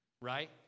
right